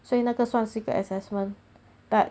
所以那个算是一个 assessment but